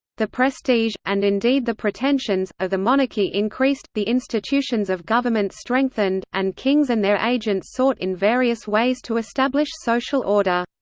the prestige, and indeed the pretensions, of the monarchy increased, the institutions of government strengthened, and kings and their agents sought in various ways to establish social order.